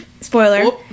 Spoiler